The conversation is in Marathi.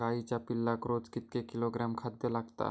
गाईच्या पिल्लाक रोज कितके किलोग्रॅम खाद्य लागता?